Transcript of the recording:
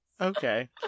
Okay